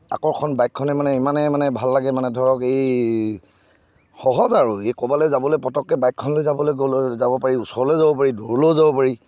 আকৰ্ষণ বাইকখনে মানে ইমানে মানে ভাল লাগে মানে ধৰক এই সহজ আৰু এই ক'ৰবালৈ যাবলৈ পতককৈ বাইকখন লৈ যাবলৈ গ'ল যাব পাৰি ওচৰলৈও যাব পাৰি দূৰলৈও যাব পাৰি